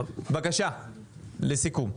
בבקשה, לסיכום.